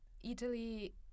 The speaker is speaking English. Italy